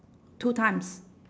two times